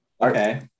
Okay